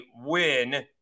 win